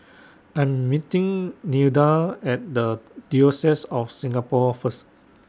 I Am meeting Nilda At The Diocese of Singapore First